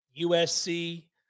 USC